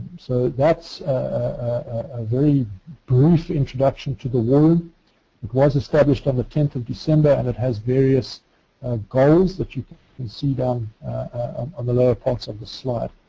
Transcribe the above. so that's a very brief introduction to the war room. it was established on the tenth of december and it has various goals that you can can see down um on the lower parts of the slide.